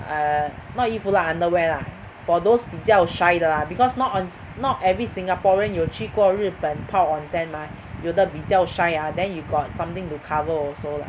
uh not 衣服 lah underwear lah for those 比较 shy 的 because not on~ not every Singaporean 有去过日本泡 onsen mah 有的比较 shy ah then you got something to cover also lah